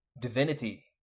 divinity